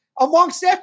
amongst